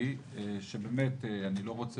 אני אקרא